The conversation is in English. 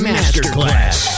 Masterclass